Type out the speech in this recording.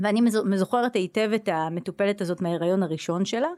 ואני מזוכרת היטב המטופלת הזאת מההיריון הראשון שלה